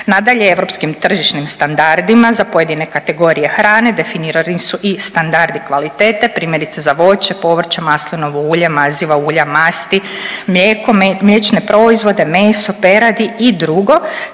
Nadalje, europskim tržišnim standardima za pojedine kategorije hrane definirani su i standardi kvalitete primjerice za voće, povrće, maslinovo ulje, maziva ulja, masti, mlijeko, mliječne proizvode, meso peradi i drugo,